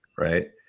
right